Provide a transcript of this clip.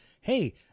hey